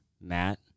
Matt